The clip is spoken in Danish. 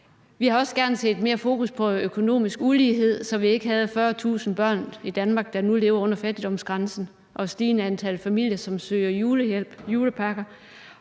Vi havde også gerne set et større fokus på økonomisk ulighed, så vi i Danmark ikke havde 40.000 børn, der nu lever under fattigdomsgrænsen, eller et stigende antal familier, som søger julehjælp og julepakker,